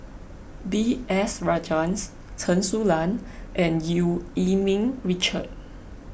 B S Rajhans Chen Su Lan and Eu Yee Ming Richard